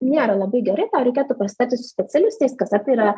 nėra labai gerai tau reikėtų pasitarti su specialistais kas ar tai yra